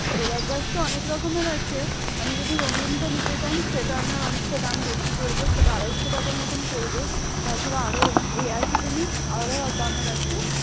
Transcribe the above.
গোলাপ গাছ তো অনেক রকমের আছে আপনি যদি রঙিনটা নিতে চান সেটা আপনার অনেকটা দাম বেশি পড়বে সেটা আড়াইশো টাকার মতন পড়বে তাছাড়া আরও ওই একই জিনিস দামের আছে